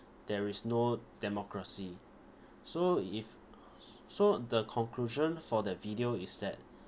there is no democracy so if so the conclusion for that video is that